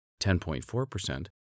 10.4%